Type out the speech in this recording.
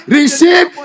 receive